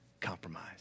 compromise